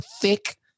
thick